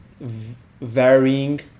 varying